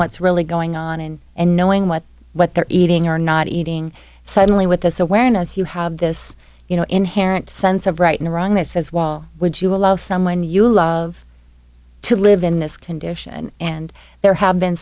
what's really going on in and knowing what what they're eating are not eating suddenly with this awareness you have this you know inherent sense of right and wrong that says wall would you allow someone you love to live in this condition and there have been